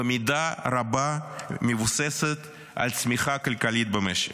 במידה רבה מבוססת על צמיחה כלכלית במשק.